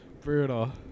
Brutal